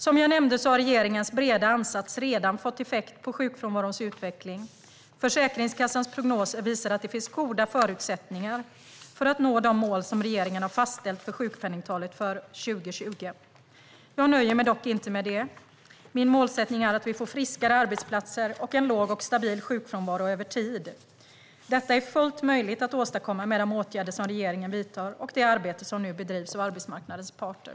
Som jag nämnde har regeringens breda ansats redan fått effekt på sjukfrånvarons utveckling. Försäkringskassans prognoser visar att det finns goda förutsättningar för att nå de mål som regeringen har fastställt för sjukpenningtalet för 2020. Jag nöjer mig dock inte med det. Min målsättning är att vi får friskare arbetsplatser och en låg och stabil sjukfrånvaro över tid. Detta är fullt möjligt att åstadkomma med de åtgärder som regeringen vidtar och det arbete som nu bedrivs av arbetsmarknadens parter.